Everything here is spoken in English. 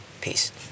Peace